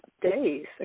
days